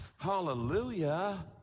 Hallelujah